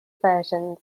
versions